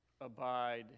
abide